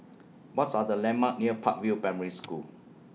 What's Are The landmarks near Park View Primary School